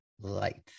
Light